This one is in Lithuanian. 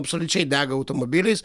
absoliučiai dega automobiliais